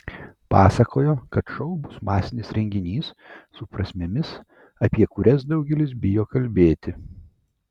pasakojo kad šou bus masinis reginys su prasmėmis apie kurias daugelis bijo kalbėti